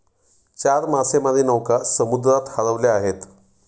चार मासेमारी नौका समुद्रात हरवल्या आहेत